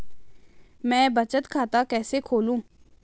मैं बचत खाता कैसे खोलूँ?